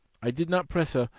i did not press her,